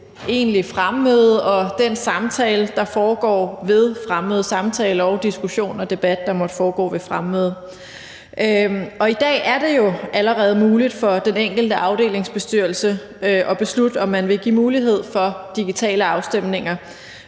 egentligt fremmøde og den samtale, diskussion og debat, der måtte foregå ved fremmøde. I dag er det jo allerede muligt for den enkelte afdelingsbestyrelse at beslutte, om man vil give mulighed for digitale afstemninger,